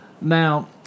Now